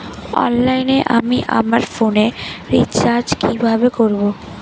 অনলাইনে আমি আমার ফোনে রিচার্জ কিভাবে করব?